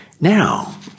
Now